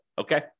Okay